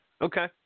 Okay